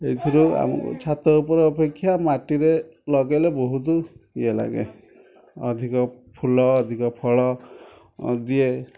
ଏଥିରୁ ଆମ ଛାତ ଉପର ଅପେକ୍ଷା ମାଟିରେ ଲଗାଇଲେ ବହୁତ ଇଏ ଲାଗେ ଅଧିକ ଫୁଲ ଅଧିକ ଫଳ ଦିଏ